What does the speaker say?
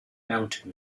mountain